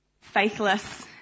faithless